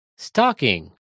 Stocking